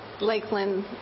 Lakeland